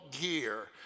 gear